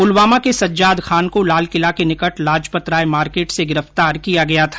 पुलवामा के सज्जाद खान को लालकिला के निकट लाजपतराय मार्केट से गिरफ्तार किया गया था